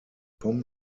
vom